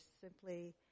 simply